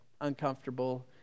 uncomfortable